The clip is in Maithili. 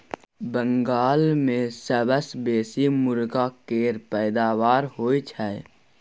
बंगाल मे सबसँ बेसी मुरगा केर पैदाबार होई छै